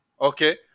okay